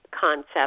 concept